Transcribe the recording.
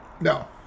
No